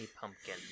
pumpkin